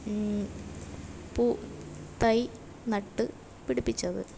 പൂ തൈ നട്ട് പിടിപ്പിച്ചത്